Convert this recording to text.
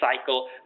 cycle